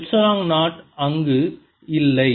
epsilon 0 அங்கு இல்லை